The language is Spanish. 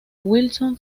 wilson